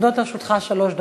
עומדות לרשותך שלוש דקות.